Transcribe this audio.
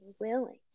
willing